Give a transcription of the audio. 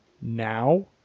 now